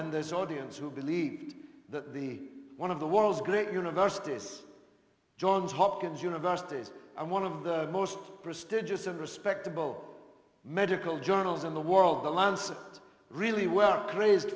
in this audience who believed that the one of the world's great universities johns hopkins university and one of the most prestigious and respectable medical journals in the world the lancet really well crazed